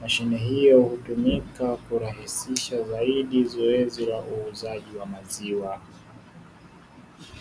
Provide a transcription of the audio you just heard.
mashine hiyo hutumika kurahisisha zaidi zoezi la uuzaji wa maziwa.